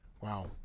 Wow